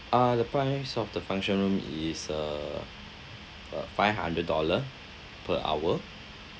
uh the price of the function room is uh uh five hundred dollar per hour